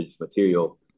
material